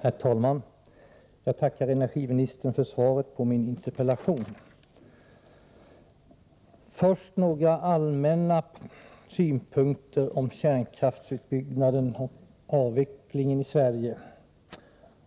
Herr talman! Jag tackar energiministern för svaret på min interpellation. Först vill jag ge några allmänna synpunkter på kärnkraftens utbyggnad och avveckling i Sverige samt